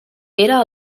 era